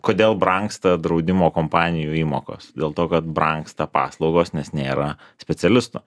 kodėl brangsta draudimo kompanijų įmokos dėl to kad brangsta paslaugos nes nėra specialistų